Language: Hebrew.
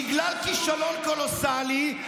בגלל כישלון קולוסלי,